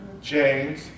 James